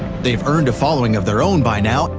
they've earned a following of their own by now,